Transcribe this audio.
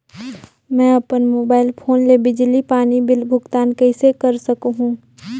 मैं अपन mobile phone ले बिजली पानी बिल भुगतान कइसे कर सकहुं?